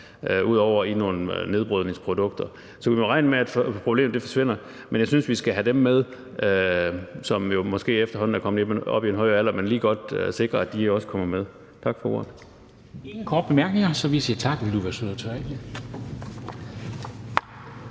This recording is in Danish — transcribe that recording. ud over i nogle nedbrydningsprodukter. Så vi må regne med, at problemet forsvinder. Men jeg synes, vi skal have dem med, som jo måske efterhånden er kommet op i en høj alder, og lige godt sikre, at de også kommer med. Tak for ordet. Kl. 12:06 Formanden (Henrik Dam Kristensen): Der er ingen